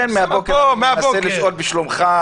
אני מנסה לדרוש בשלומך.